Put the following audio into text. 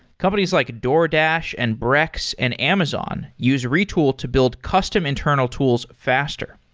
companies like a doordash, and brex, and amazon use retool to build custom internal tools faster.